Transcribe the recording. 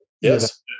Yes